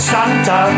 Santa